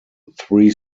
three